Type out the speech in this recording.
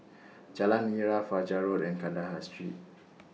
Jalan Nira Fajar Road and Kandahar Street